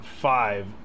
five